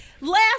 last